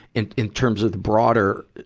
in, in terms of the broader,